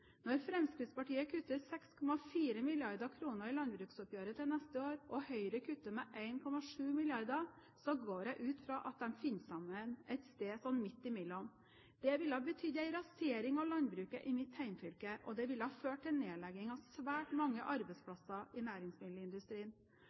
Når Fremskrittspartiet kutter 6,4 mrd. kr i landbruksoppgjøret til neste år, og Høyre kutter med 1,7 mrd. kr, går jeg ut fra at de finner sammen et sted sånn midt imellom. Det ville ha betydd en rasering av landbruket i mitt hjemfylke, og det ville ha ført til nedlegging av svært mange